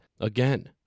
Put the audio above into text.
again